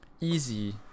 easy